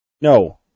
No